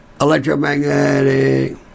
electromagnetic